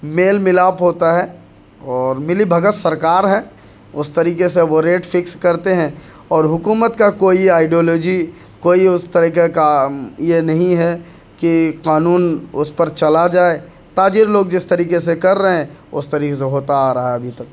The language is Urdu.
میل ملاپ ہوتا ہے اور ملی بھگت سرکار ہے اس طریقے سے وہ ریٹ فکس کرتے ہیں اور حکومت کا کوئی آئیڈیالوجی کوئی اس طریقے کا یہ نہیں ہے کہ قانون اس پر چلا جائے تاجر لوگ جس طریقے سے کر رہے ہیں اس طریقے سے ہوتا آ رہا ہے ابھی تک